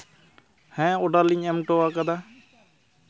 ᱦᱮᱸ ᱚᱰᱟᱨ ᱞᱤᱧ ᱮᱢ ᱦᱚᱴᱚ ᱟᱠᱟᱫᱟ